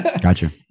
Gotcha